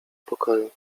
pokoju